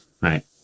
right